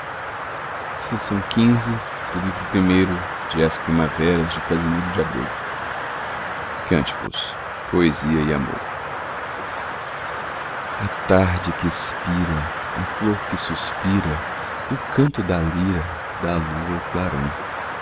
feliz doce renovo vede agora senhor na voz do povo quão grande é seu amor à tarde que expira a flor que suspira o canto da lira da lua o clarão